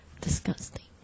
Disgusting